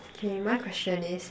K my question is